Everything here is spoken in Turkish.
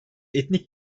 etnik